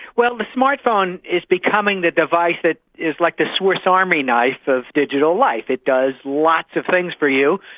well, the smart phone is becoming the device that is like the swiss army knife of digital life. it does lots of things for you.